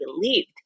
believed